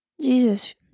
jesus